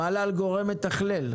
המל"ל הוא גורם מתכלל?